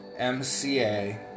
MCA